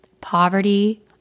poverty